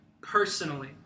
personally